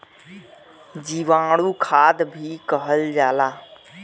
जीवाणु खाद भी कहल जाला